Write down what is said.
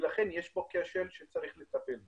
ולכן יש פה כשל שצריך לטפל בו.